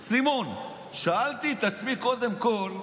סימון, שאלתי את עצמי קודם כול,